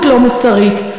בואו נאפשר לה לסיים את דבריה,